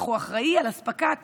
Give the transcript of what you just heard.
אך הוא אחראי לאספקת